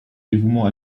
dévouement